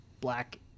black